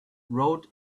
rode